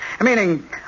Meaning